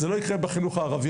זה לא יקרה בחינוך הערבי,